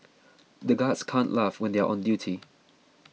the guards can't laugh when they are on duty